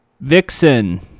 Vixen